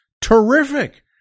terrific